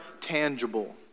tangible